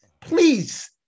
Please